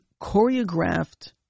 choreographed